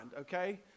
okay